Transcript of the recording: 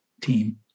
team